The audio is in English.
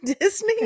Disney